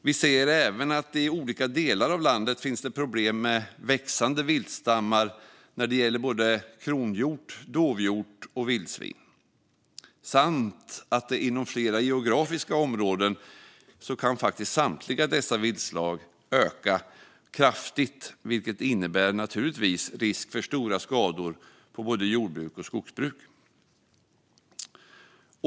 Vi anser också att det i olika delar av landet finns problem med växande viltstammar när det gäller kronhjort, dovhjort och vildsvin. Inom flera geografiska områden ökar dessa viltslag kraftigt, vilket naturligtvis innebär risk för stora skador på både jordbruk och skogsbruk.